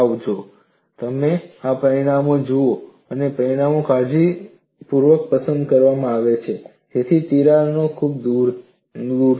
જુઓ જો તમે આ પરિમાણો જુઓ છો તો આ પરિમાણો કાળજીપૂર્વક પસંદ કરવામાં આવે છે જેથી તિરાડો દૂર હોય